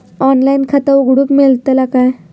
Online खाता उघडूक मेलतला काय?